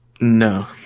No